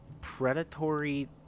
predatory